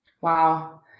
Wow